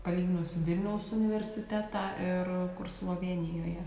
palyginus vilniaus universitetą ir kur slovėnijoje